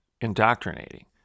indoctrinating